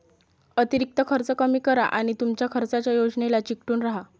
अतिरिक्त खर्च कमी करा आणि तुमच्या खर्चाच्या योजनेला चिकटून राहा